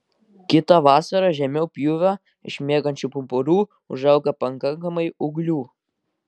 kitą vasarą žemiau pjūvio iš miegančių pumpurų užauga pakankamai ūglių